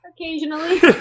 Occasionally